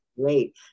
great